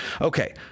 Okay